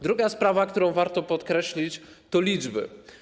Druga sprawa, którą warto podkreślić, to liczby.